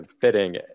fitting